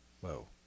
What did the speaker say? Whoa